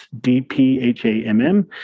dphamm